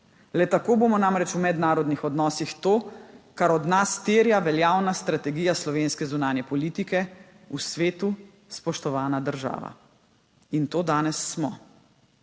Le tako bomo namreč v mednarodnih odnosih to, kar od nas terja veljavna strategija slovenske zunanje politike – v svetu spoštovana država. In to danes smo.